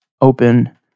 open